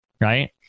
Right